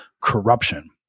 corruption